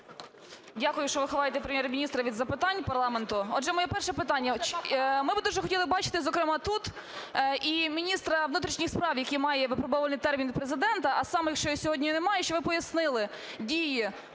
Дякую, що ви ховаєте Прем'єр-міністра від запитань парламенту. Отже, моє перше питання. Ми би дуже хотіли бачити, зокрема, тут і міністра внутрішніх справ, який має випробовувальний термін Президента, а саме, якщо його сьогодні немає, щоб ви пояснили, дії